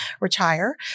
retire